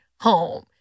home